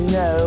no